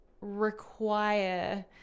require